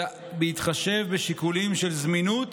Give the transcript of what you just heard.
אלא בהתחשב בשיקולים של זמינות